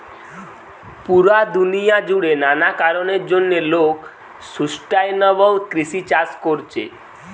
পুরা দুনিয়া জুড়ে নানা কারণের জন্যে লোক সুস্টাইনাবল কৃষি চাষ কোরছে